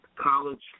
college